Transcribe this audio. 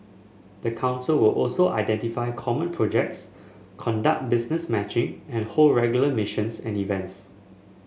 the council will also identify common projects conduct business matching and hold regular missions and events